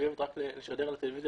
שמחויבת רק לשדר טלוויזיה,